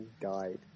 died